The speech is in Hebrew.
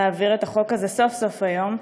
להעביר את החוק הזה, סוף-סוף, היום.